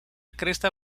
cresta